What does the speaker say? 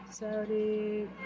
Saudi